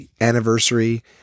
anniversary